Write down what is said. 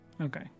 Okay